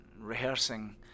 rehearsing